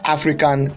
African